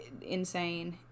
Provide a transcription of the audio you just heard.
insane